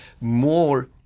more